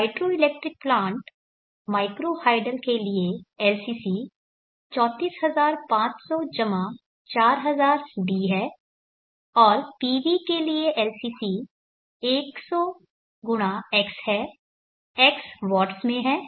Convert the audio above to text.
hydro electric plant micro hydel के लिए LCC 34500 4000d है और PV के लिए LCC 100 × x है x वॉट्स में है